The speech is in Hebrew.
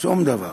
שום דבר.